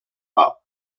hop